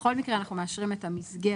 בכל מקרה אנחנו מאשרים את המסגרת.